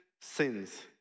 sins